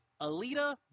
Alita